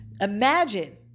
imagine